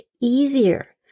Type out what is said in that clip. easier